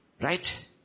Right